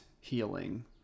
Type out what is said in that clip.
healing